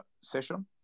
session